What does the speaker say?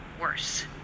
worse